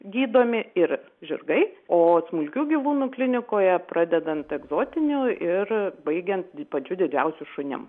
gydomi ir žirgai o smulkių gyvūnų klinikoje pradedant egzotiniu ir baigiant pačiu didžiausiu šunim